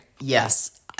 Yes